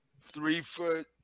three-foot